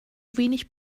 wenig